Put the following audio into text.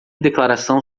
declaração